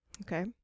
Okay